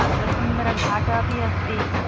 अत्र सुन्दरघाट् अपि अस्ति